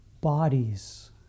bodies